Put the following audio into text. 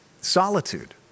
Solitude